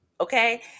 okay